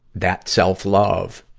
that self-love